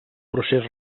procés